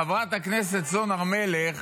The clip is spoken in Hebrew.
חברת הכנסת סון הר מלך,